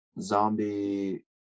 Zombie